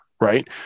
right